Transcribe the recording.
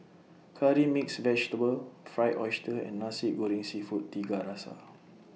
Curry Mixed Vegetable Fried Oyster and Nasi Goreng Seafood Tiga Rasa